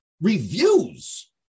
reviews